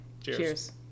cheers